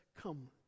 come